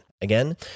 Again